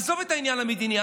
עזוב את העניין המדיני,